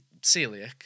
celiac